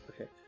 Okay